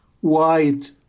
white